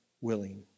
willing